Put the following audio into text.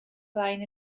flaen